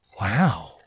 wow